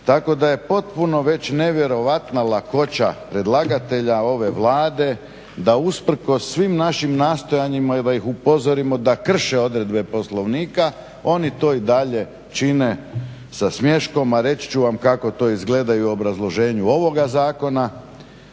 Tako da je potpuno već nevjerojatna lakoća predlagatelja ove Vlade da usprkos svim našim nastojanjima i da ih upozorimo da krše odredbe Poslovnika oni to i dalje čine sa smješkom a reći ću vam kako to izgleda i u obrazloženju ovoga zakona.